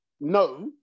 no